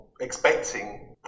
expecting